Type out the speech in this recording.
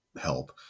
help